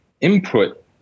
input